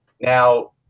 Now